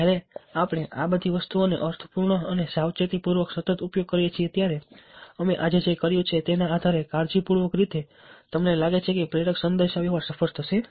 જ્યારે આપણે આ બધી વસ્તુઓનો અર્થપૂર્ણ અને સાવચેતીપૂર્વક સતત ઉપયોગ કરીએ છીએ ત્યારે અમે આજે જે કર્યું છે તેના આધારે કાળજીપૂર્વક રીતે તમને લાગે છે કે પ્રેરક સંદેશાવ્યવહાર સફળ થશે